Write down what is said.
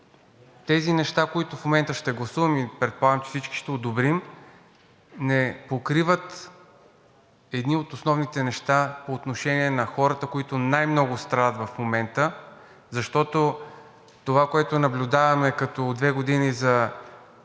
тези неща, които в момента ще гласуваме и предполагам, че всички ще одобрим, не покриват едни от основните неща по отношение на хората, които най-много страдат в момента. Това, което наблюдаваме от две години като